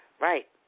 Right